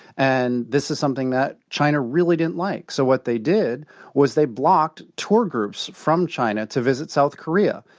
and this is something that china really didn't like. so what they did was they blocked tour groups from china to visit south korea.